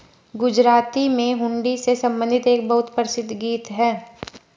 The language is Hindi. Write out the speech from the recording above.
गुजराती में हुंडी से संबंधित एक बहुत प्रसिद्ध गीत हैं